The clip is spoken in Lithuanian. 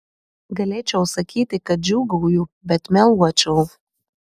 galėčiau sakyti kad džiūgauju bet meluočiau